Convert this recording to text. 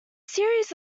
series